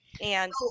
And-